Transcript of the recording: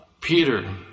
Peter